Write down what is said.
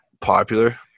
popular